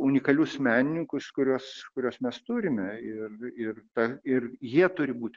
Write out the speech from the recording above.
unikalius menininkus kuriuos kuriuos mes turime ir ir ta ir jie turi būti